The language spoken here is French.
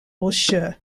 rocheux